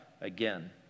again